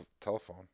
telephone